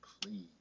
Please